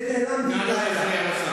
זה נעלם בן-לילה.